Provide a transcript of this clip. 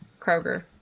Kroger